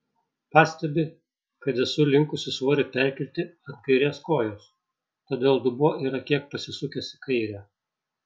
pastebi kad esu linkusi svorį perkelti ant kairės kojos todėl dubuo yra kiek pasisukęs į kairę